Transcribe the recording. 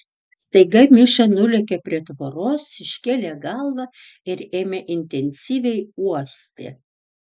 staiga miša nulėkė prie tvoros iškėlė galvą ir ėmė intensyviai uosti